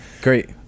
Great